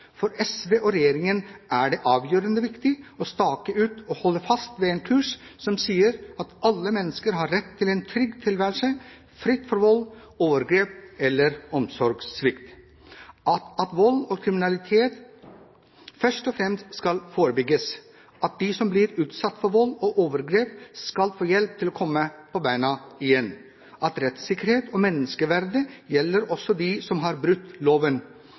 For SV og regjeringen er det avgjørende viktig å stake ut og holde fast ved en kurs som sier at alle mennesker har rett til en trygg tilværelse, fri for vold, overgrep og omsorgssvikt, at vold og kriminalitet først og fremst skal forebygges, at de som blir utsatt for vold og overgrep, skal få hjelp til å komme på beina igjen, at rettssikkerhet og menneskeverd gjelder også dem som har brutt loven,